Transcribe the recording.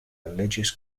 religious